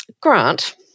Grant